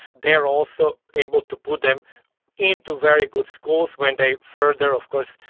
they're also able to put them into very good schools when they further, of course,